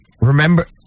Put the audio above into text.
Remember